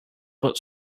but